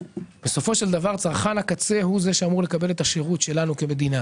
בסופו של דבר צרכן הקצה הוא זה שאמור לקבל את השירות שלנו כמדינה,